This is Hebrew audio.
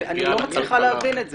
אני לא מצליחה להבין את זה.